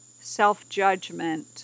self-judgment